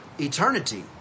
eternity